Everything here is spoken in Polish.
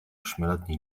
ośmioletniej